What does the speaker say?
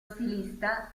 stilista